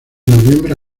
noviembre